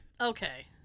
Okay